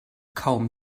kaum